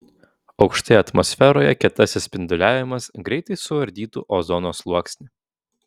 aukštai atmosferoje kietasis spinduliavimas greitai suardytų ozono sluoksnį